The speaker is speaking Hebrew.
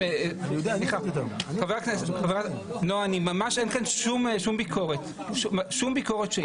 נעה, ממש אין לי שום ביקורת שהיא.